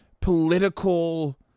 political